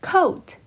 Coat